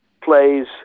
plays